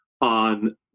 on